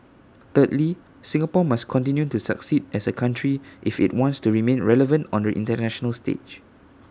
thirdly Singapore must continue to succeed as A country if IT wants to remain relevant on the International stage